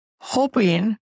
hoping